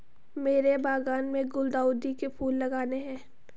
मेरे बागान में गुलदाउदी के फूल लगाने हैं